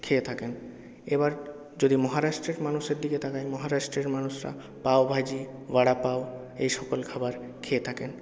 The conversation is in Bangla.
খেয়ে থাকেন এ বার যদি মহারাষ্ট্রের মানুষের দিকে তাকাই মহারাষ্ট্রের মানুষরা পাওভাজি বরাপাও এই সকল খাবার খেয়ে থাকেন